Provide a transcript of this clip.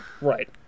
Right